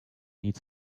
need